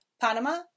Panama